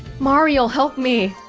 mario, help me